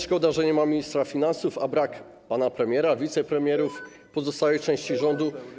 Szkoda, że nie ma ministra finansów, pana premiera, wicepremierów i pozostałej części rządu.